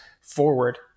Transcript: forward